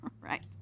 Right